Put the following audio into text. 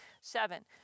Seven